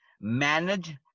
manage